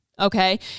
Okay